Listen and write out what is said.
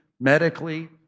medically